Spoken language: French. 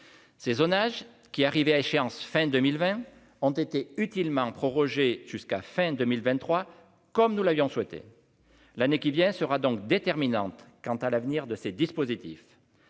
Ces zonages qui arrivait à échéance fin 2020 ont été utilement prorogé jusqu'à fin 2023, comme nous l'avions souhaité l'année qui vient, sera donc déterminante quant à l'avenir de ces dispositifs